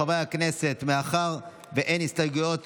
חברי הכנסת, מאחר שאין הסתייגויות